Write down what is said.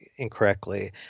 incorrectly